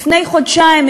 לפני חודשיים,